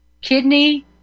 kidney